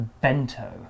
bento